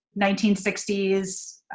1960s